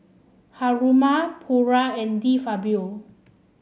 Haruma Pura and De Fabio